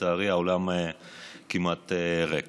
ולצערי האולם כמעט ריק.